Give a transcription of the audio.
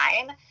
time